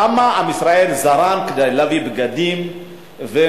כמה עם ישראל זרם כדי להביא בגדים ואוכל,